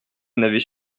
n’avez